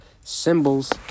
symbols